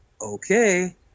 okay